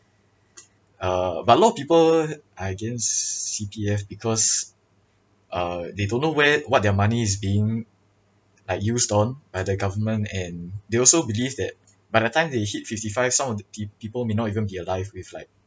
uh but a lot of people are against C_P_F because uh they don't know where what their money is being uh used on by the government and they also believe that by the time they hit fifty five some of the peo~ people may not even be alive if like